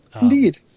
Indeed